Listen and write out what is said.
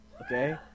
okay